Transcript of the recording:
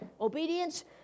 Obedience